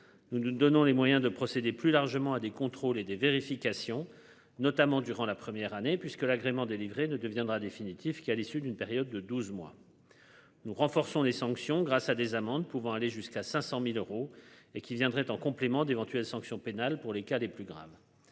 Nous nous donnons les moyens de procéder plus largement à des contrôles et des vérifications notamment durant la première année puisque l'agrément délivré ne deviendra définitif qui à l'issue d'une période de 12 mois. Nous renforçons les sanctions, grâce à des amendes pouvant aller jusqu'à 500.000 euros et qui viendrait en complément d'éventuelles sanctions pénales pour les cas les plus graves.